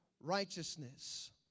righteousness